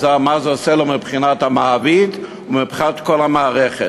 מה זה עושה לו מבחינת המעביד ומבחינת כל המערכת.